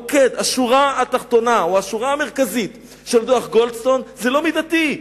השורה התחתונה או השורה המרכזית של דוח גולדסטון: זה לא מידתי.